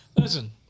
listen